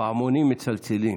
הפעמונים מצלצלים.